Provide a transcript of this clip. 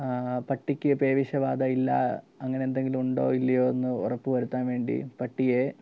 പട്ടിക്ക് പേവിഷബാധ ഇല്ല അങ്ങനെ എന്തെങ്കിലുമുണ്ടോ ഇല്ലയോ എന്ന് ഉറപ്പ് വരുത്താൻ വേണ്ടി പട്ടിയെ